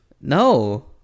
No